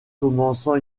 commençant